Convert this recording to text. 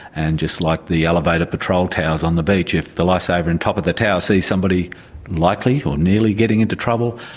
and just like the elevated patrol towers on the beach, if the lifesaver on and top of the tower sees somebody likely or nearly getting into trouble,